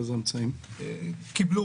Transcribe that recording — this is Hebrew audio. אילו אמצעים?